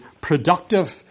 productive